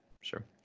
sure